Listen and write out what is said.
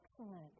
Excellent